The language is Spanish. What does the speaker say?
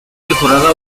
mejorada